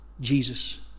Jesus